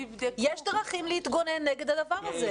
יש דרכים להתגונן נגד הדבר הזה.